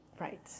right